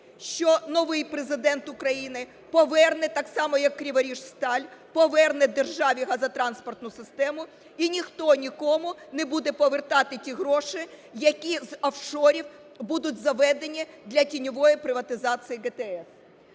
що новий Президент України поверне, так само як "Криворіжсталь", поверне державі газотранспортну систему і ніхто нікому не буде повертати ті гроші, які з офшорів будуть заведені для тіньової приватизації ГТС,